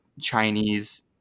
Chinese